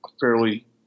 fairly